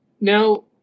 Now